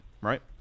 right